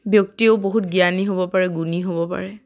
ব্যক্তিয়েও বহুত জ্ঞানী হ'ব পাৰে গুণী হ'ব পাৰে